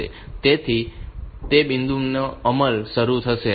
તે બિંદુથી તેનો અમલ શરુ થશે